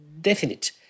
definite